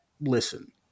listen